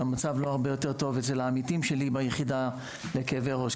והמצב לא הרבה יותר טוב אצל העמיתים שלי ביחידה לכאבי ראש.